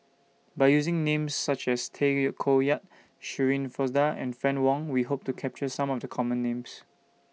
By using Names such as Tay Koh Yat Shirin Fozdar and Fann Wong We Hope to capture Some of The Common Names